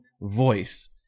voice